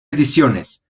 ediciones